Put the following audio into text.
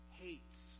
hates